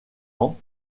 ans